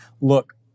look